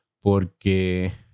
porque